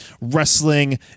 Wrestling